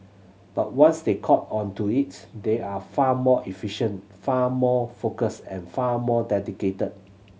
but once they catch on to it they are far more efficient far more focused and far more dedicated